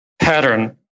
pattern